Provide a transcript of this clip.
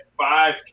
five